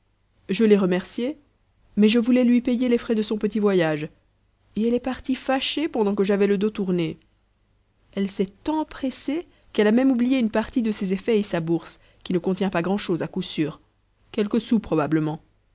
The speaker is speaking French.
je l'ai remerciée mais je voulais lui payer les frais de son petit voyage et elle est partie fâchée pendant que j'avais le dos tourné elle s'est tant pressée qu'elle a même oublié une partie de ses effets et sa bourse qui ne contient pas grand'chose à coup sûr quelques sous probablement